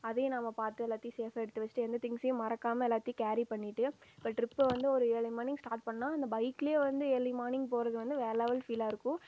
அதையும் நம்ம பார்த்து எல்லாத்தையும் சேஃபாக எடுத்து வைச்சிட்டு எந்த திங்க்ஸையும் மறக்காமல் எல்லாத்தையும் கேரி பண்ணிட்டு இப்போ ட்ரிப்பை வந்து ஒரு ஏழு மணி ஸ்டார்ட் பண்ணால் அந்த பைக்லேயே வந்து ஏர்லி மார்னிங் போகிறது வந்து வேற லெவல் ஃபீலாயிருக்கும்